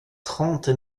trente